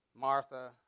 Martha